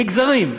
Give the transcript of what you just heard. על מגזרים,